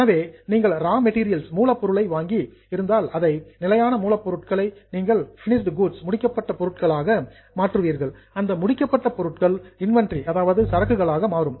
எனவே நீங்கள் raw material மூலப் பொருளை வாங்கி இருந்தால் அந்த நிலையான மூலப்பொருட்களை நீங்கள் பின்னிஸ்ட் கூட்ஸ் முடிக்கப்பட்ட பொருட்களாக கன்வெர்ட் மாற்றுவீர்கள் அந்த முடிக்கப்பட்ட பொருட்கள் இன்வெண்டரி சரக்குகளாக மாறும்